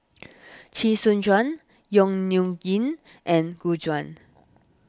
Chee Soon Juan Yong Nyuk Lin and Gu Juan